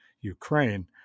Ukraine